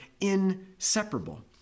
inseparable